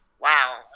wow